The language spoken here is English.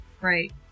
right